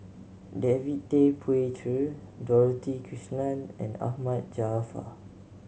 David Tay Poey Cher Dorothy Krishnan and Ahmad Jaafar